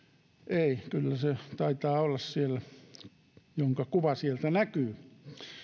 ei kyllä se taitaa olla siellä jonka kuva sieltä näkyy